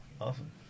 Awesome